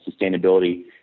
sustainability